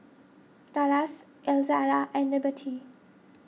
Dallas Elzala and Liberty